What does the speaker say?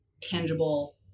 tangible